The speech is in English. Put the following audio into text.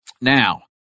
now